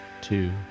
two